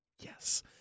Yes